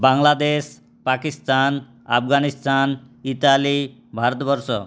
Bangladesh Pakistan Afghanistan Italy Bharatvarsha